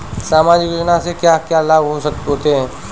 सामाजिक योजना से क्या क्या लाभ होते हैं?